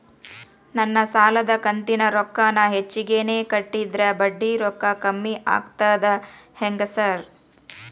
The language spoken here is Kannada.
ನಾನ್ ಸಾಲದ ಕಂತಿನ ರೊಕ್ಕಾನ ಹೆಚ್ಚಿಗೆನೇ ಕಟ್ಟಿದ್ರ ಬಡ್ಡಿ ರೊಕ್ಕಾ ಕಮ್ಮಿ ಆಗ್ತದಾ ಹೆಂಗ್ ಸಾರ್?